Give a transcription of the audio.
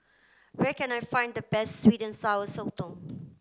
where can I find the best sweet and sour Sotong